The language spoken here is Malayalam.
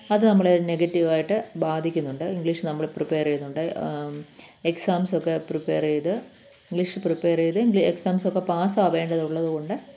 അത് നമ്മളെ നെഗറ്റീവായിട്ട് ബാധിക്കുന്നുണ്ട് ഇംഗ്ലീഷ് നമ്മള് പ്രിപ്പയറ് ചെയ്യുന്നുണ്ട് എക്സാംസൊക്കെ പ്രിപ്പേയ്റ് ചെയ്ത് ഇംഗ്ലീഷ് പ്രിപ്പയറ് ചെയ്ത് ഇങ്ക് എക്സാംസൊക്കെ പാസ് ആകേണ്ടത് ഉള്ളത് കൊണ്ട്